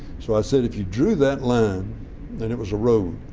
so i said if you drew that line then it was a road,